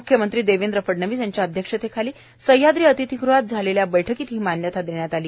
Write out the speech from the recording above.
म्ख्यमंत्री देवेंद्र फडणवीस यांच्या अध्यक्षतेखाली सह्याद्री अतिथीगृहात आयोजित बैठकित ही मान्यता देण्यात आली